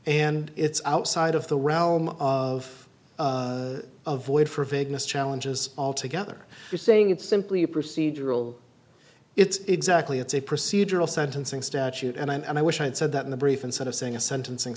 and it's outside of the realm of a void for vagueness challenges altogether you're saying it's simply a procedural it's exactly it's a procedural sentencing statute and i wish i'd said that in the brief instead of saying a sentencing